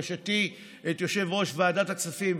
על פי בקשתי מיושב-ראש ועדת הכספים,